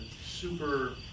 super